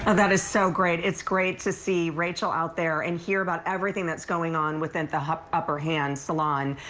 ah that is so the great. it's great to see rachel out there and hear about everything that's going on within the upper hand salon.